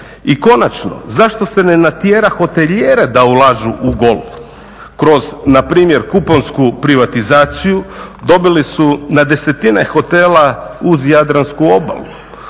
I konačno, zašto se ne natjera hotelijere da ulažu u golf. Kroz na primjer kuponsku privatizaciju dobili su na desetine hotela uz jadransku obalu.